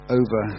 over